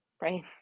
right